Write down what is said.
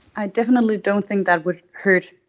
i definitely don't think that would hurt.